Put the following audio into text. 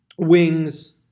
Wings